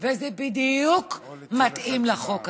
זה בדיוק מתאים לחוק הזה.